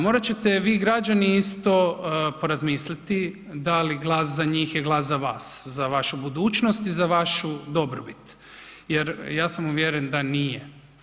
Morat ćete vi građani isto porazmisliti da li glas za njih je glas za vas, za vašu budućnost i za vašu dobrobit, jer ja sam uvjeren da nije.